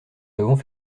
devons